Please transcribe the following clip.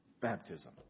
baptism